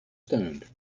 stoned